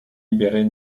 libérés